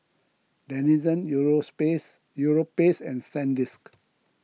Denizen Euros pace Europace and Sandisk